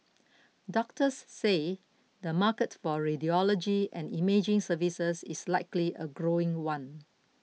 doctors say the market for radiology and imaging services is likely a growing one